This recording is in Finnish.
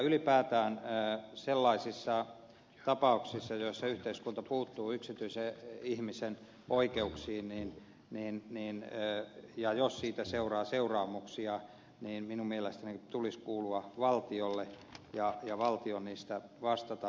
ylipäätään sellaisissa tapauksissa joissa yhteiskunta puuttuu yksityisen ihmisen oikeuksiin ja jos siitä seuraa seuraamuksia minun mielestäni sen tulisi kuulua valtiolle ja valtion tulisi niistä vastata